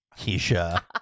Keisha